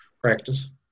practice